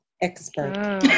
expert